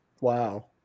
wow